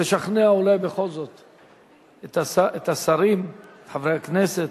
לשכנע אולי בכל זאת את השרים, את חברי הכנסת.